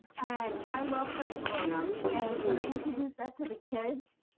and i love fried bologna and when i introduced that to the kids,